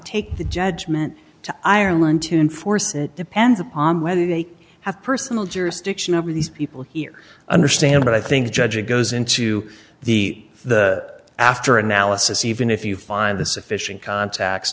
take the judgment to ireland to enforce it it depends on whether they have personal jurisdiction over these people here understand but i think the judge it goes into the the after analysis even if you find the sufficient contacts